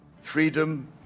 Freedom